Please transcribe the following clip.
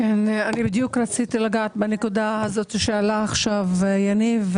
אני בדיוק רציתי לגעת בנקודה הזאת שהעלה עכשיו יניב.